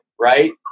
right